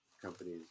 Companies